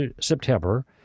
September